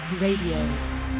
Radio